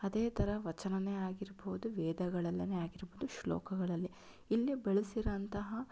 ಅದೇ ಥರ ವಚನನೇ ಆಗಿರ್ಬೋದು ವೇದಗಳಲ್ಲೇನೇ ಆಗಿರ್ಬೋದು ಶ್ಲೋಕಗಳಲ್ಲಿ ಇಲ್ಲಿ ಬೆಳೆಸಿರೋಂತಹ